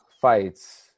fights